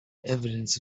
evidence